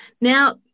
Now